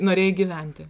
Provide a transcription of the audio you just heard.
norėjai gyventi